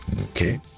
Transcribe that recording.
Okay